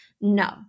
No